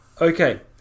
Okay